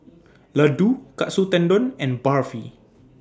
Ladoo Katsu Tendon and Barfi